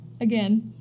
Again